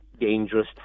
dangerous